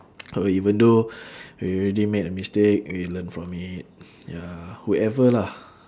or even though we already made a mistake we learn from it ya whoever lah